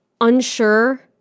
unsure